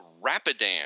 Rapidan